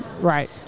Right